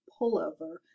pullover